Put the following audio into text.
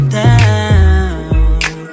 down